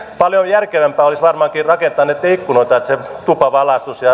paljon järkevämpää olisi varmaankin rakentaa niitä ikkunoita että se tupa valaistuisi